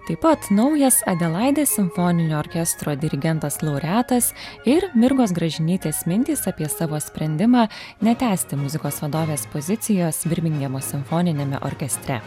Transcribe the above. taip pat naujas adelaidės simfoninio orkestro dirigentas laureatas ir mirgos gražinytės mintys apie savo sprendimą netęsti muzikos vadovės pozicijos birmingemo simfoniniame orkestre